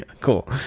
Cool